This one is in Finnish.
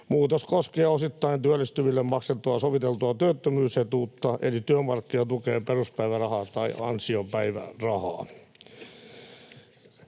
Muutos koskee osittain työllistyville maksettua soviteltua työttömyysetuutta eli työmarkkinatukea ja peruspäivärahaa tai ansiopäivärahaa.